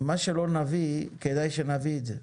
מה שלא נביא, כדאי שנביא את זה.